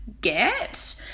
get